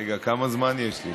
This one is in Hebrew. רגע, כמה זמן יש לי?